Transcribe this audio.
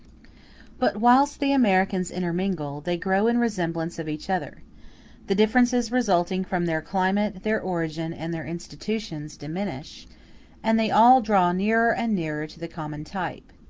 but whilst the americans intermingle, they grow in resemblance of each other the differences resulting from their climate, their origin, and their institutions, diminish and they all draw nearer and nearer to the common type.